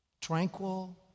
tranquil